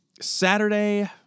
Saturday